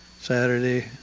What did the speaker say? Saturday